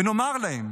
ונאמר להם: